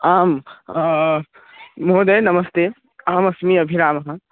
आम् महोदय नमस्ते अहमस्मि अभिरामः